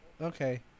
Okay